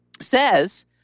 says